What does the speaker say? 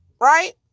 Right